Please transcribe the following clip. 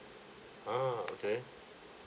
ah okay